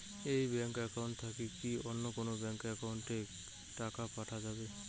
এই bank account থাকি কি অন্য কোনো ব্যাংক একাউন্ট এ কি টাকা পাঠা যাবে?